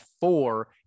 four